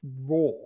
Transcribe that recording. raw